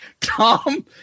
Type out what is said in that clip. Tom